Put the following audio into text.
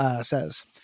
says